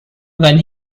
when